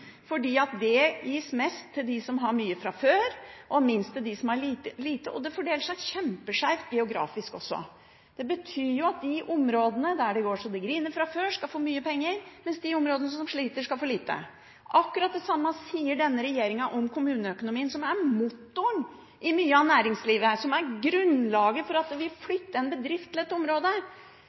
det gis mest til dem som har mye fra før, og minst til dem som har lite. Det fordeler seg kjempeskeivt geografisk også. Det betyr at de områdene der det går så det griner fra før, skal få mye penger, mens de områdene som sliter, skal få lite. Akkurat det samme sier denne regjeringen om kommuneøkonomien, som er motoren i mye av næringslivet, som er grunnlaget for at man vil flytte en bedrift til